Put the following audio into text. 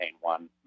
one